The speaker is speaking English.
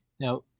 Now